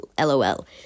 Lol